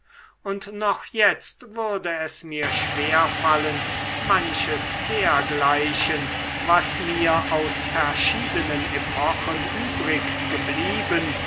und noch jetzt würde es mir schwer fallen manches dergleichen was mir aus verschiedenen epochen übrig geblieben